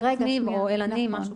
אל עצמי או אל אני, או משהו כזה.